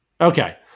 Okay